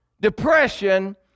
depression